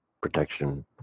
protection